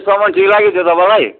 सामान ठिक लाग्यो त्यो तपाईँलाई